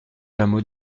hameau